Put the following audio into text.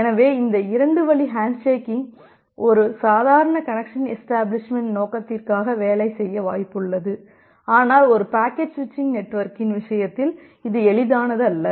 எனவே இந்த 2 வழி ஹேண்ட்ஷேக்கிங் ஒரு சாதாரண கனெக்சன் எஷ்டபிளிஷ்மெண்ட் நோக்கத்திற்காக வேலை செய்ய வாய்ப்புள்ளது ஆனால் ஒரு பாக்கெட் சுவிட்ச் நெட்வொர்க்கின் விஷயத்தில் இது எளிதானது அல்ல